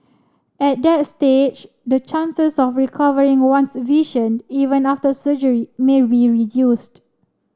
at that stage the chances of recovering one's vision even after surgery may be reduced